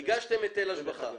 הגשתם היטל השבחה,